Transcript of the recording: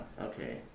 okay